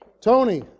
Tony